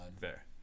Fair